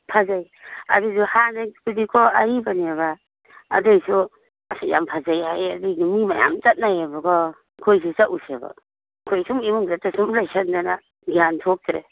ꯐꯖꯩ ꯑꯗꯨꯁꯨ ꯍꯥꯟꯅꯩꯗꯨꯗꯤꯀꯣ ꯑꯔꯤꯕꯅꯦꯕ ꯑꯗꯨꯏꯁꯨ ꯑꯁ ꯌꯥꯝ ꯐꯖꯩ ꯍꯥꯏꯌꯦ ꯑꯗꯨ ꯃꯤ ꯃꯌꯥꯝ ꯆꯠꯅꯩꯌꯦꯕꯀꯣ ꯑꯩꯈꯣꯏꯁꯨ ꯆꯠꯂꯨꯁꯦꯕ ꯑꯩꯈꯣꯏ ꯁꯨꯝ ꯏꯃꯨꯡꯗꯇ ꯁꯨꯝ ꯂꯩꯁꯟꯗꯅ ꯒ꯭ꯌꯥꯟ ꯊꯣꯛꯇ꯭ꯔꯦ